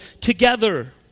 together